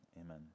amen